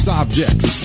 objects